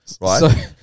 right